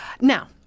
Now